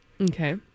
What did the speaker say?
Okay